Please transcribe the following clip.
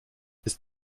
ist